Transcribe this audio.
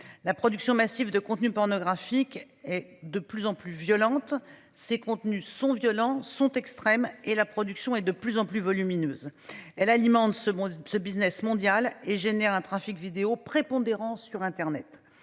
la production massive de contenus pornographiques et de plus en plus. Violentes ces contenus sont violents sont extrêmes et la production et de plus en plus volumineuses, elle alimente ce monde ce business mondiale et génère un trafic vidéo prépondérance sur Internet